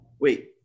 Wait